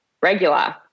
regular